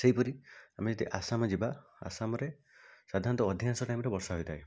ସେହିପରି ଆମେ ଯଦି ଆସାମ ଯିବା ଆସାମରେ ସାଧାରଣତଃ ଅଧିକାଂଶ ଟାଇମ୍ରେ ବର୍ଷା ହୋଇଥାଏ